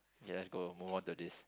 ya let's go move on to this